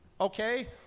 Okay